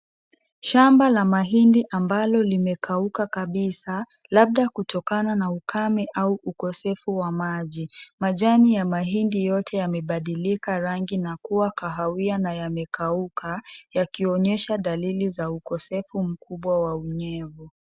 Shamba la mahindi ambalo limekauka Kabisa, labda kutokana na ukame au ukosefu wa maji. Majani ya mahindi yote yamekuwa kahawiya na yamekuka yakionyesha dalili ya ukosefu mkubwa wa unyevu.